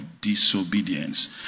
disobedience